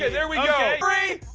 here we go, three,